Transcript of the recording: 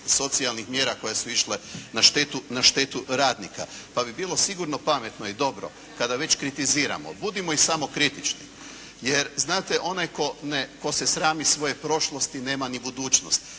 socijalnih mjera koje su išle na štetu radnika, pa bi bilo sigurno pametno i dobro kada već kritiziramo, budimo i samokritični. Jer znate, onaj tko se srami svoje prošlosti nema ni budućnost,